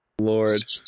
Lord